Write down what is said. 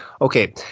okay